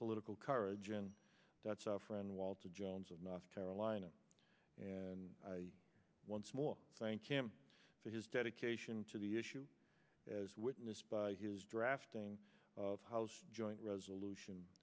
political courage and that's our friend walter jones of north carolina and once more thank him for his dedication to the issue as witnessed by his drafting of house joint resolution